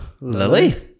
Lily